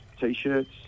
t-shirts